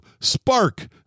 Spark